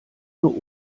nur